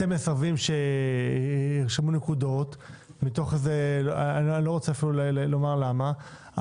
אתם מסרבים שירשמו נקודות אפילו לא רוצה לומר למה.